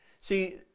See